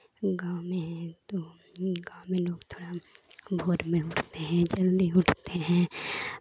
गाँव में है तो गाँव में लोग थोड़ा भोर में उठते हैं जल्दी उठते हैं